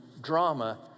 drama